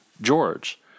George